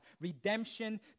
redemption